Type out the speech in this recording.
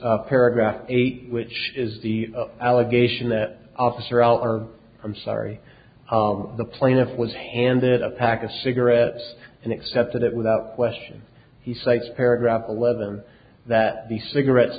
as paragraph eight which is the allegation that officer l r i'm sorry the plaintiff was handed a pack of cigarettes and accepted it without question he cites paragraph eleven that the cigarettes